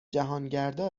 جهانگردا